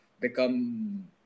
become